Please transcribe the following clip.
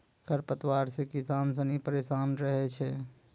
खरपतवार से किसान सनी परेशान रहै छै